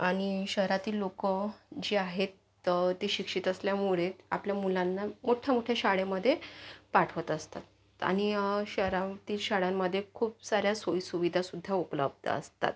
आणि शहरातील लोकं जी आहेत ती शिक्षित असल्यामुळे आपल्या मुलांना मोठ्या मोठ्या शाळेमध्ये पाठवत असतात आणि शहरातील शाळांमध्ये खूप साऱ्या सोयीसुविधासुद्धा उपलब्ध असतात